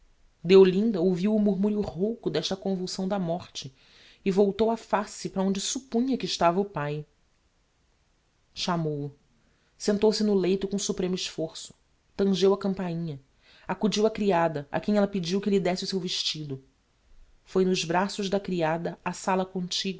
instantaneo deolinda ouviu o murmurio rouco d'esta convulsão da morte e voltou a face para onde suppunha que estava o pai chamou-o sentou-se no leito com supremo esforço tangeu a campainha acudiu a criada a quem ella pediu que lhe désse o seu vestido foi nos braços da criada á sala contigua